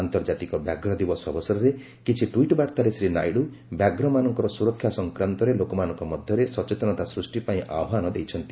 ଆନ୍ତର୍ଜାତିକ ବ୍ୟାଘ୍ର ଦିବସ ଅବସରରେ କିଛି ଟ୍ୱିଟ୍ବାର୍ଭାରେ ଶ୍ରୀ ନାଇଡୁ ବ୍ୟାଘ୍ରମାନଙ୍କର ସୁରକ୍ଷା ସଂକ୍ରାନ୍ତରେ ଲୋକମାନଙ୍କ ମଧ୍ୟରେ ସଚେତନତା ସୃଷ୍ଟି ପାଇଁ ଆହ୍ପାନ ଦେଇଛନ୍ତି